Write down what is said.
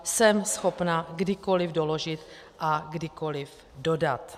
Jsem schopna kdykoliv doložit a kdykoliv dodat.